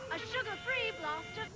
a sugar-free blast